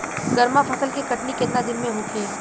गर्मा फसल के कटनी केतना दिन में होखे?